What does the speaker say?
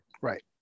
Right